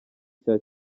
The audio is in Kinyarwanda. cya